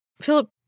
Philip